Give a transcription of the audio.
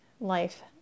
life